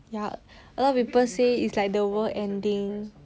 ya a lot of people say it's like the world ending